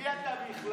מי אתה בכלל?